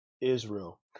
Israel